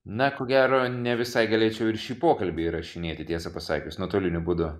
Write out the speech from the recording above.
na ko gero ne visai galėčiau ir šį pokalbį įrašinėti tiesą pasakius nuotoliniu būdu